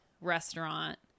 restaurant